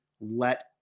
let